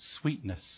sweetness